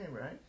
right